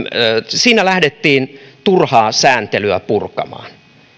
siinä lähdettiin turhaa sääntelyä purkamaan